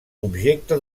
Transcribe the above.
objecte